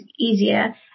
easier